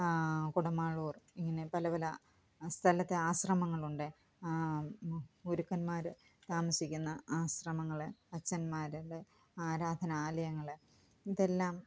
കുടമാളൂര് ഇങ്ങനെ പല പല സ്ഥലത്തെ ആശ്രമങ്ങളുണ്ട് ഗുരുക്കന്മാർ താമസിക്കുന്ന ആശ്രമങ്ങളെ അച്ചന്മാരുടെ ആരാധനാലായങ്ങൾ ഇതെല്ലാം